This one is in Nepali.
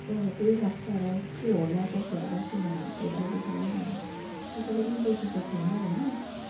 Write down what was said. चाहिँ अब त्यही लाग्छ अब के होला कसो होला किनभने त्यो अहिलेसम्म अब कसैले पनि देखेको छैन होइन